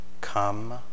Come